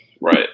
Right